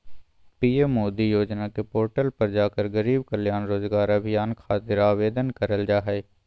PM Modi योजना के portal पर जाकर गरीब कल्याण रोजगार अभियान खातिर आवेदन करल जा हय